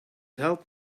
helped